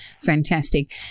Fantastic